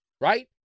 right